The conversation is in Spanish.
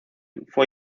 fue